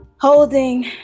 holding